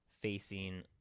facing